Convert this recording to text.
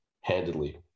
handedly